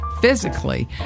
physically